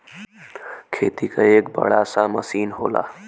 खेती क एक बड़ा सा मसीन होला